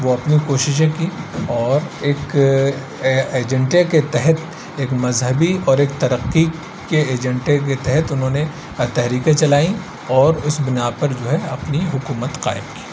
وہ اپنی کوششیں کی اور ایک ایجنٹے کے تحت ایک مذہبی اور ایک ترقی کے ایجنٹے کے تحت انہوں نے تحریکیں چلائیں اور اس بنا پر جو ہے اپنی حکومت قائم کی